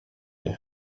iyo